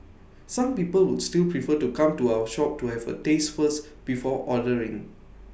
some people would still prefer to come to our shop to have A taste first before ordering